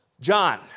John